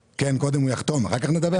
הוא יחתום ואחר כך נדבר?